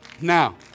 Now